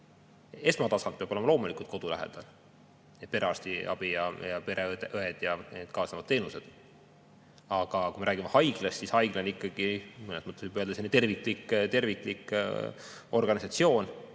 Esmatasand peab olema loomulikult kodu lähedal: perearstiabi ja pereõed ja kaasnevad teenused. Aga kui me räägime haiglast, siis haigla on ikkagi, mõnes mõttes võib öelda, selline terviklik organisatsioon,